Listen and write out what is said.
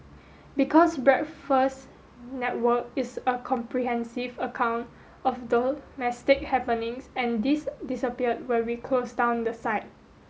because Breakfast Network is a comprehensive account of domestic happenings and this disappeared when we closed down the site